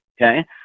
okay